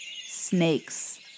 snakes